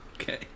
Okay